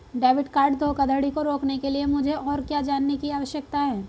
Debit card धोखाधड़ी को रोकने के लिए मुझे और क्या जानने की आवश्यकता है?